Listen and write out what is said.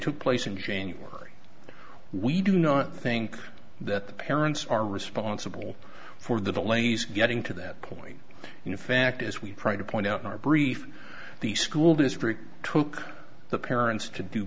took place in january we do not think that the parents are responsible for the delays getting to that point in fact as we try to point out in our brief the school district took the parents to do